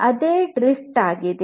ಅದೇ ಡ್ರಿಫ್ಟ್ ಆಗಿದೆ